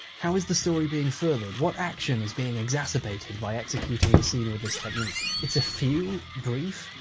how is the story being furthered? what action is being exacerbated by executing the scene with this technique? it's a few brief,